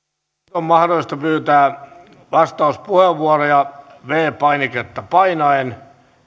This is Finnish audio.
on mahdollista pyytää vastauspuheenvuoroja viides painiketta painaen